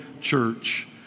church